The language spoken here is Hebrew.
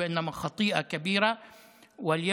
יש גבולות אפילו